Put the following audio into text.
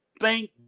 thank